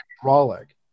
hydraulic